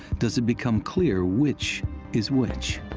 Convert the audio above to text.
does it become clear which is which.